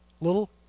little